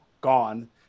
gone